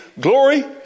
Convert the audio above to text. glory